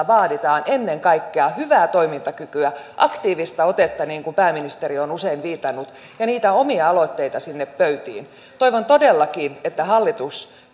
vaaditaan ennen kaikkea hyvää toimintakykyä aktiivista otetta niin kuin pääministeri on usein viitannut ja niitä omia aloitteita sinne pöytiin toivon todellakin että hallitus